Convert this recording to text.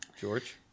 George